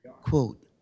Quote